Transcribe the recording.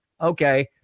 okay